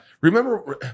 remember